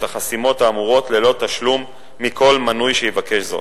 את החסימות האמורות מכל מנוי שיבקש זאת.